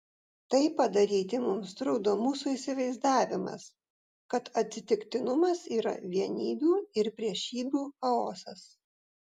tai padaryti mums trukdo mūsų įsivaizdavimas kad atsitiktinumas yra vienybių ir priešybių chaosas